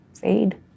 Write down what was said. fade